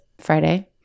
Friday